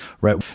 right